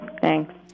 Thanks